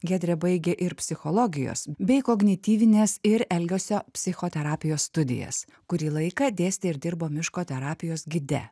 giedrė baigė ir psichologijos bei kognityvinės ir elgesio psichoterapijos studijas kurį laiką dėstė ir dirbo miško terapijos gide